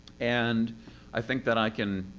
and i think that i can.